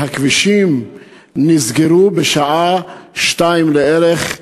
והכבישים נסגרו בשעה 14:00 לערך.